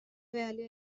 value